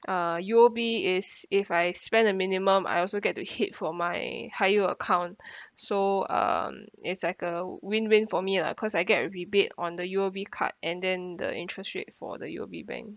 uh U_O_B is if I spend a minimum I also get to hit for my high yield account so um it's like a win win for me lah cause I get a rebate on the U_O_B card and then the interest rate for the U_O_B bank